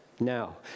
Now